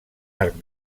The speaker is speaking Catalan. arc